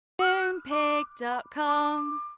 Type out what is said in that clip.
Moonpig.com